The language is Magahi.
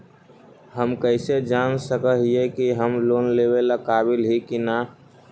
हम कईसे जान सक ही की हम लोन लेवेला काबिल ही की ना?